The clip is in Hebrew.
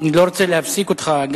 אני לא רוצה להפסיק אותך,